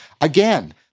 Again